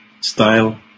style